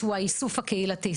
שהוא האיסוף הקהילתי.